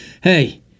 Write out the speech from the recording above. Hey